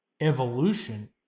evolution